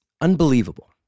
unbelievable